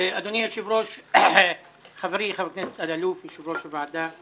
בקשת יושב ראש ועדת העבודה,